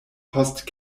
post